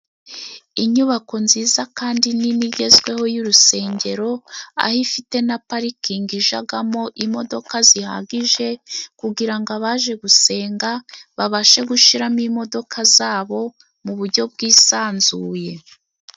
Inyubako nziza kandi nini igezweho y'urusengero aho ifite na parikingi ijagamo imodoka zihagije kugira ngo abaje gusenga babashe gushiramo imodoka zabo mu buryo bwisanzuye.